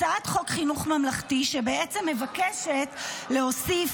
הצעת חוק חינוך ממלכתי בעצם מבקשת להוסיף